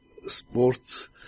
sports